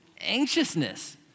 anxiousness